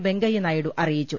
വെങ്കയ്യനായിഡു അറിയിച്ചു